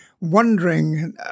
wondering